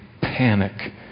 panic